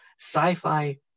sci-fi